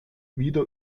wieder